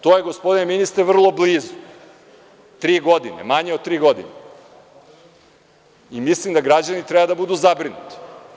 To je, gospodine ministre, vrlo blizu, manje od tri godine i mislim da građani treba da budu zabrinuti.